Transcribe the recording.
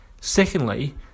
Secondly